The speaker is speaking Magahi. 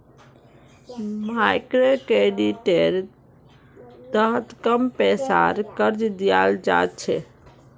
मइक्रोक्रेडिटेर तहत कम पैसार कर्ज दियाल जा छे